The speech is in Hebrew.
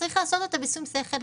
צריך לעשות אותה בשום שכל,